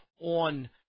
on